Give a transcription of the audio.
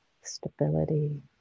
stability